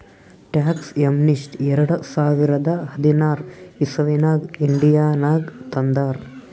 tax amnesty ಎರಡ ಸಾವಿರದ ಹದಿನಾರ್ ಇಸವಿನಾಗ್ ಇಂಡಿಯಾನಾಗ್ ತಂದಾರ್